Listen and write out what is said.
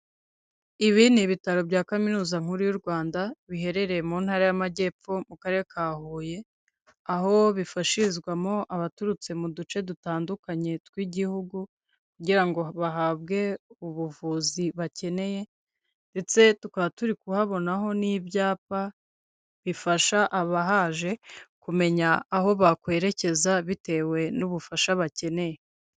Ibi ni ibitaro bya kaminuza nkuru y'u Rwanda biherereye mu ntara y'amajyepfo mu karere ka Huye, aho bifashirizwamo abaturutse mu duce dutandukanye tw'igihugu kugira ngo bahabwe ubuvuzi bakeneye ndetse tukaba turi kuhabonaho n'ibyapa bifasha abahaje kumenya aho bakwerekeza bitewe n'ubufasha bakeneye.